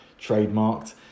trademarked